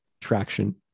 traction